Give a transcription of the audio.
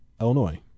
Illinois